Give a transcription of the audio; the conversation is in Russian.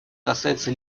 касается